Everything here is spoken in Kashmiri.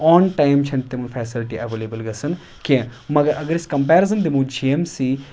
آن ٹایِم چھَنہٕ تِم فیٚسَلٹی اٮ۪وَلیبٕل گَژھان کینٛہہ مگر اگر أسۍ کَمپیرِزٕن دِمو جی اٮ۪م سی